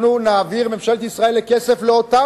אנחנו נעביר כסף ממשלת ישראל, לרשויות